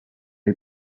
est